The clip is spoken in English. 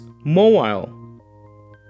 Mobile